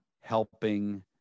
helping